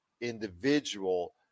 individual